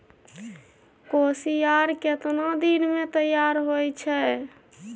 कोसियार केतना दिन मे तैयार हौय छै?